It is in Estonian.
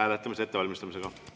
hääletamise ettevalmistamist.